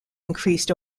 increased